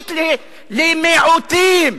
אופיינית למיעוטים.